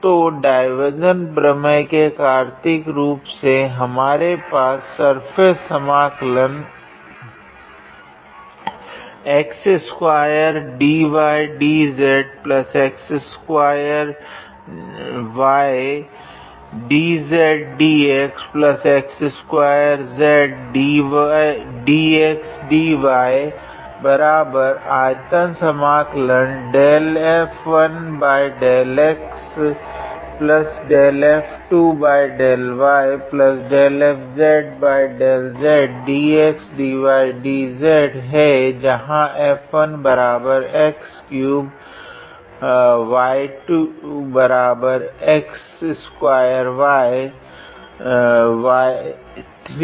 तो डाइवार्जेंस प्रमेय के कार्तीय रूप से हमारे पास सर्फेस समाकलन है जहाँ 𝐹1𝑥3 𝐹2𝑥2𝑦 𝐹3𝑥2𝑧